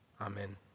Amen